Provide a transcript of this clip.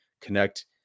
connect